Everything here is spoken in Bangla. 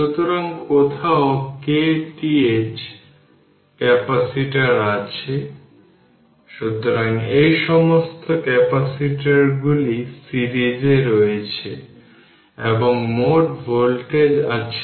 সুতরাং এটি হবে v1 v2 v1 300 0 তার মানে v1 300 v1 v2 এটি v1 v2 এবং এই 2টি ক্যাপাসিটর প্যারালাল এ রয়েছে তার মানে v1 v4 কারণ এই vt প্যারালাল এ রয়েছে